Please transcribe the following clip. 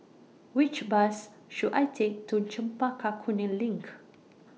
Which Bus should I Take to Chempaka Kuning LINK